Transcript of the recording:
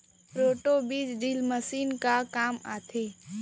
Roto बीज drill machine का काम आथे?